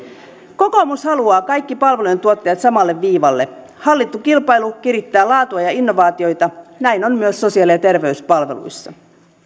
kokoomus haluaa kaikki palvelujen tuottajat samalle viivalle hallittu kilpailu kirittää laatua ja innovaatioita näin on myös sosiaali ja terveyspalveluissa